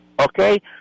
okay